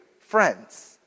friends